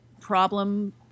problem